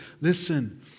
Listen